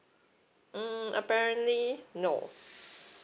mm apparently no